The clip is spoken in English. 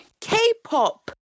K-pop